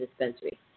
dispensary